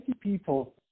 people